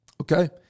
Okay